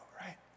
right